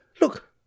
Look